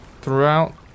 Throughout